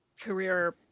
career